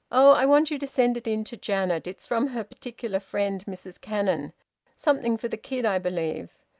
oh! i want you to send it in to janet. it's from her particular friend, mrs cannon something for the kid, i believe.